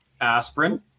aspirin